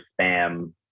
spam